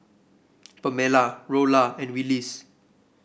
Pamella Rolla and Willis